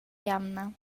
jamna